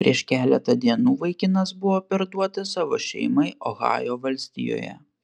prieš keletą dienų vaikinas buvo perduotas savo šeimai ohajo valstijoje